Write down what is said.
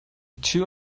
two